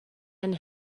and